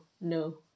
no